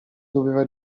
doveva